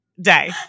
day